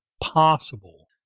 possible